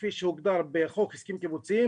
כפי שהוגדר בחוק הסכמים קיבוציים,